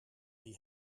die